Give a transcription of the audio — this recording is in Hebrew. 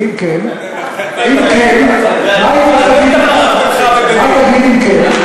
ואם כן, ומה תגיד אם כן?